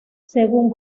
según